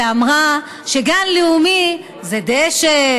שאמרה שגן לאומי זה דשא,